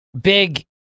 big